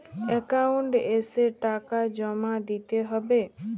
Account এসে টাকা জমা দিতে হবে?